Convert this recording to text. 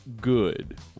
good